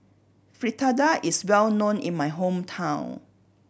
fritada is well known in my hometown